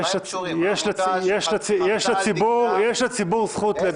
יש לציבור זכות להביע את דעתו.